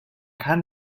kann